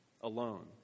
alone